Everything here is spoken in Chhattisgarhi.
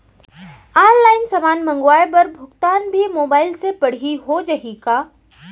ऑनलाइन समान मंगवाय बर भुगतान भी मोबाइल से पड़ही हो जाही का?